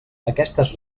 aquestes